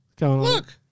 Look